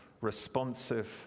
Responsive